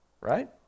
right